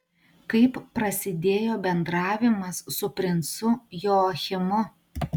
kaip prasidėjo bendravimas su princu joachimu